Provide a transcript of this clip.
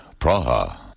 Praha